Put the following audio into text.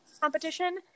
competition